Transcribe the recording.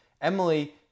Emily